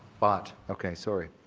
bot? okay, sorry.